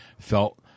felt